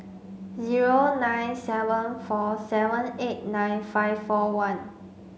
zero nine seven four seven eight nine five four one